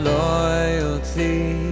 loyalty